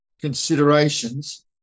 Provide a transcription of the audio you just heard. considerations